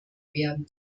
werden